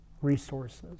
resources